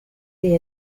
they